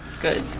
Good